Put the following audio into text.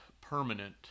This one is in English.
permanent